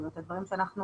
את הדברים שאנחנו